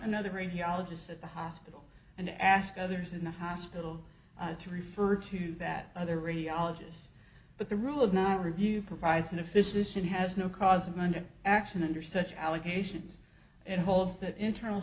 another he ologists at the hospital and ask others in the hospital to refer to that other radiologist but the rule of not review provides an efficient has no cause of monday actually under such allegations and holds that internal